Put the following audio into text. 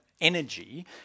energy